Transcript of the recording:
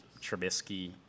Trubisky